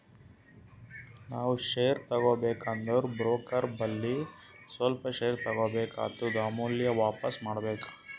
ನಾವ್ ಶೇರ್ ತಗೋಬೇಕ ಅಂದುರ್ ಬ್ರೋಕರ್ ಬಲ್ಲಿ ಸ್ವಲ್ಪ ಶೇರ್ ತಗೋಬೇಕ್ ಆತ್ತುದ್ ಆಮ್ಯಾಲ ವಾಪಿಸ್ ಮಾಡ್ಬೇಕ್